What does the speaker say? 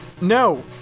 No